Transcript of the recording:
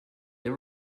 they